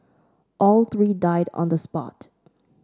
all three died on the spot